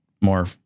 more